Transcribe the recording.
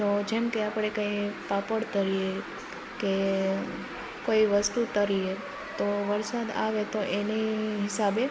તો જેમ કે આપણે કહીએ પાપડ તળીએ કે કોઈ વસ્તુ તળીએ તો વરસાદ આવે તો એને હિસાબે